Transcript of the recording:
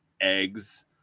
eggs